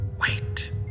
wait